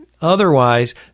otherwise